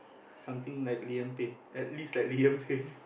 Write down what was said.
something like Liam-Payne at least like Liam-Payne